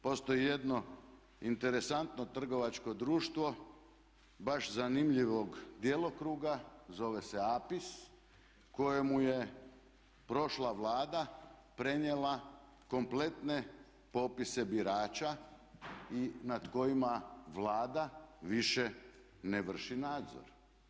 Postoji jedno interesantno trgovačko društvo baš zanimljivog djelokruga, zove se APIS kojemu je prošla Vlada prenijela kompletne popise birača i nad kojima Vlada više ne vrši nadzor.